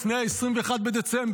לפני 21 בדצמבר,